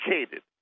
educated